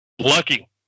lucky